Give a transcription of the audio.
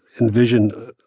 envision